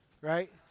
right